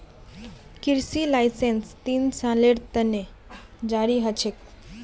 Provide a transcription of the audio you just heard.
कृषि लाइसेंस तीन सालेर त न जारी ह छेक